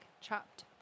chopped